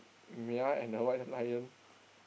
Mia and the White Lion